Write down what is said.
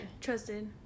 Trusted